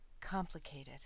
complicated